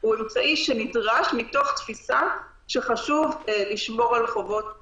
הוא אמצעי שנדרש מתוך תפיסה שחשוב לשמור על חובות הבידוד.